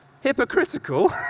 hypocritical